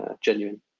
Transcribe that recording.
genuine